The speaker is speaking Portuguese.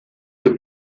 que